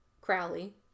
Crowley